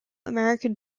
american